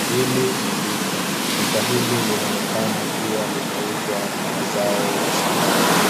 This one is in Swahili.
Hili ni duka. Duka hili linaonekana kuwa linauza mazao ya shambani.